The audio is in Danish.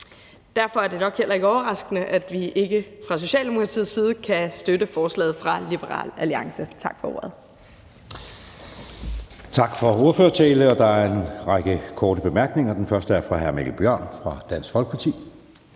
Derfor er det nok heller ikke overraskende, at vi ikke fra Socialdemokratiets side kan støtte forslaget fra Liberal Alliance. Tak for ordet.